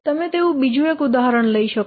તમે તેવું બીજું એક ઉદાહરણ લઈ શકો